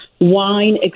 wine